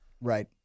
Right